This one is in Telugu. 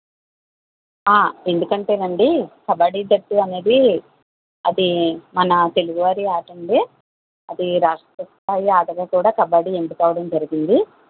ఎందుకంటే అండి కబడ్డీ జట్టు అనేది అది మన తెలుగువారి ఆట అండి అది రాష్ట్ర స్థాయి ఆటగా కూడా కబడ్డీ ఎంపిక అవడం జరిగింది